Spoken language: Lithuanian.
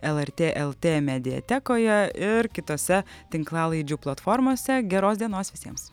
lrt lt mediatekoje ir kitose tinklalaidžių platformose geros dienos visiems